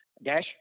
Dash